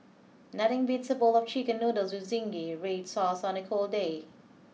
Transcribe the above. nothing beats a bowl of chicken noodles with zingy red sauce on a cold day